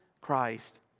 Christ